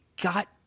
got